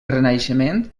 renaixement